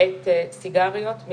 אני